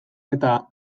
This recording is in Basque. eta